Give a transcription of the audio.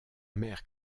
mère